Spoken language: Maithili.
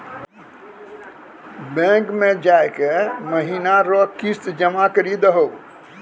बैंक मे जाय के महीना रो किस्त जमा करी दहो